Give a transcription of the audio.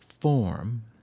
form